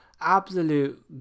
absolute